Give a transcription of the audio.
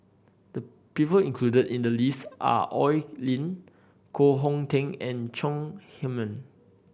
the people included in the list are Oi Lin Koh Hong Teng and Chong Heman